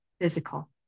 physical